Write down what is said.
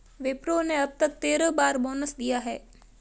विप्रो ने अब तक तेरह बार बोनस दिया है